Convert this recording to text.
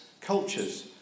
cultures